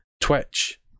Twitch